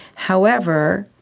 however,